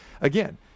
again